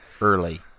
Early